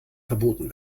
verboten